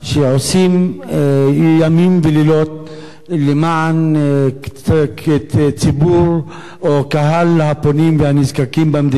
שעושים ימים ולילות למען ציבור או קהל הפונים והנזקקים במדינה,